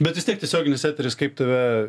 bet vis tiek tiesioginis eteris kaip tave